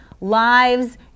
lives